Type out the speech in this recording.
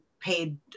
paid